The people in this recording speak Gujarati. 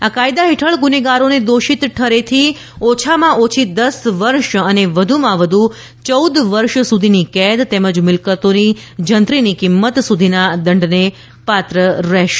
આ કાયદા હેઠળ ગૂનેગારોને દોષિત ઠરેથી ઓછામાં ઓછી દસ વર્ષ અને વધુમાં વધુ ચૌદ વર્ષ સુધીની કેદ તેમજ મિલકતોની જંત્રીની કિંમત સુધીના દંડને પાત્ર રહેશે